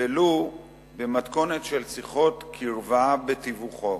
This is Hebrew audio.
ולו במתכונת של שיחות קרבה בתיווכו.